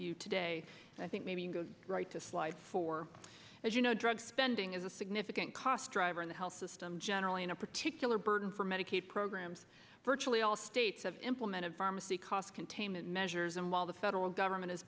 you today i think maybe go right to slide four as you know drug spending is a significant cost driver in the health system generally in a particular burden for medicaid programs virtually all states have implemented pharmacy cost containment measures and while the federal government has